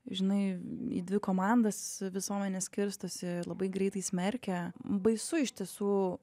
žinai į dvi komandas visuomenės skirstosi labai greitai smerkia baisu iš tiesų